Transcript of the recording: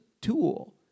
tool